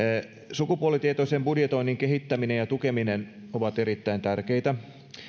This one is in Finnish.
sukupuolitietoisen budjetoinnin kehittäminen ja tukeminen ovat erittäin tärkeitä